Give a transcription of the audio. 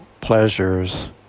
pleasures